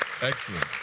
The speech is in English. Excellent